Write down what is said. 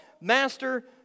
master